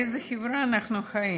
באיזו חברה אנחנו חיים,